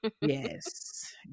Yes